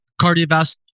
cardiovascular